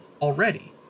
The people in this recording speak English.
already